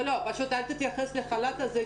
אל תתייחס לחל"ת הזה,